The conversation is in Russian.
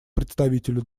представителю